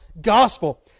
gospel